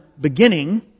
beginning